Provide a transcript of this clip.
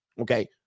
Okay